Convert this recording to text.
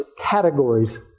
categories